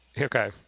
Okay